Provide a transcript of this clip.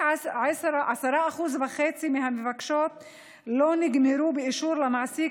רק 10.5% מהבקשות לא נגמרו באישור המעסיק